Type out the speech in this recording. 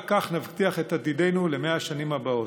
רק כך נבטיח את עתידנו ל-100 השנים הבאות.